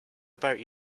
about